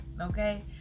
Okay